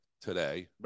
today